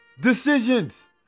decisions